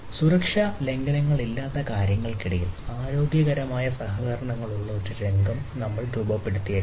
സുരക്ഷാ ലംഘനങ്ങളില്ലാതെ കാര്യങ്ങൾക്കിടയിൽ ആരോഗ്യകരമായ സഹകരണമുള്ള ഒരു രംഗം നമ്മൾ രൂപപ്പെടുത്തിയേക്കാം